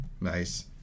Nice